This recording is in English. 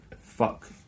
Fuck